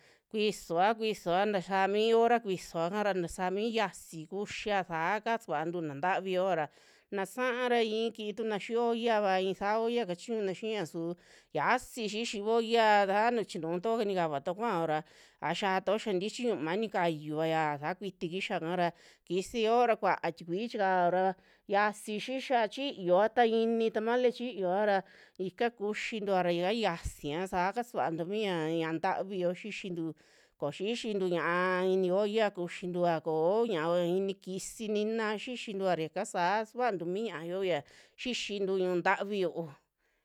Kusioa, kuisoa taxaa mi hora kusioka ra taa saami xiasi kuxia, saa kasuantu na'a ntavi yoara, na'a sa'a i'i kiituna xii ollava, i'i saa olla kachiñuna xia su xiasi xixi olla, a nuu chinutoa nikatuo kuao ra a xiaato xia tichi yumaa nikayuuva saa kuiti kixaka ra kisi yoora kua tikui chikao ra xiasi xixia chiyoa, ta ini tamale chiyoa ra ika kuxintua ra yaka xiasia saa kasuantu mi ya ñia'a ntavi yoo xixintu, koo xixintu ñia'a ini olla kuxintua, koo ñia'a inii kisi nina xixintua ra ika saa suantu mi ñia'a yo'o ya xixintu ñu'u ntavi yo'o.